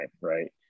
right